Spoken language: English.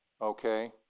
Okay